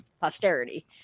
posterity